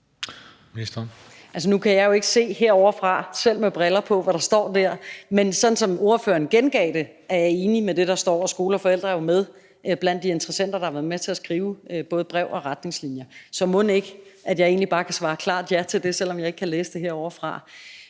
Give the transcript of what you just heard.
med briller på – se herovrefra, hvad der står der, men som ordføreren gengav det, er jeg enig med det, der står, og Skole og Forældre er jo med blandt de interessenter, der har været med til at skrive både brev og retningslinjer. Så mon ikke jeg egentlig bare kan svare klart ja til det, selv om jeg ikke kan læse det herovrefra?